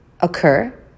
occur